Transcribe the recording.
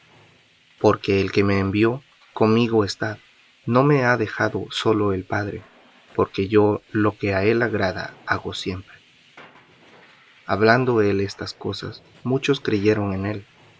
porque el que me envió conmigo está no me ha dejado solo el padre porque yo lo que á él agrada hago siempre hablando él estas cosas muchos creyeron en él